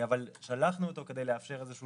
אבל שלחנו אותו כדי לאפשר איזושהי